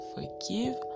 Forgive